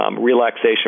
Relaxation